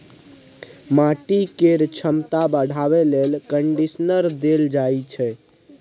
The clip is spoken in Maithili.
माटि केर छमता बढ़ाबे लेल कंडीशनर देल जाइ छै